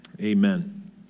Amen